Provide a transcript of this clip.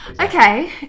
okay